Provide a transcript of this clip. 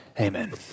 amen